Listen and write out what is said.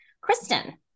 Kristen